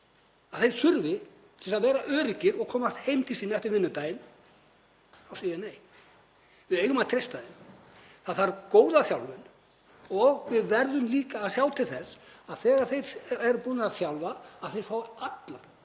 að þeir þurfi til að vera öruggir og komast heim til sín eftir vinnudaginn? Þá segi ég nei. Við eigum að treysta þeim. Það þarf góða þjálfun og við verðum líka að sjá til þess þegar þeir eru búnir að þjálfast að þeir fái öll